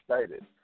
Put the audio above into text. excited